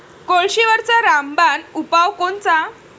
कोळशीवरचा रामबान उपाव कोनचा?